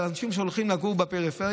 על פי רוב אנשים שהולכים לגור בפריפריה